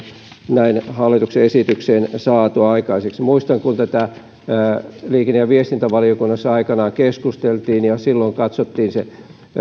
näin hallituksen esitykseen saatu aikaiseksi muistan kun tästä liikenne ja viestintävaliokunnassa aikanaan keskusteltiin ja silloin katsottiin se